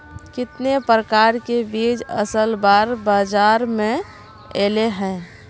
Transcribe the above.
कितने प्रकार के बीज असल बार बाजार में ऐले है?